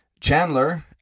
Chandler